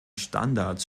standards